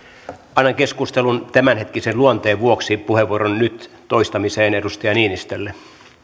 annan keskustelun tämänhetkisen luonteen vuoksi puheenvuoron nyt toistamiseen edustaja niinistölle